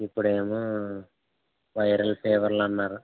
ఇప్పుడేమో వైరల్ ఫీవర్లన్నారు